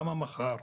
למה מחר?